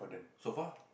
sofa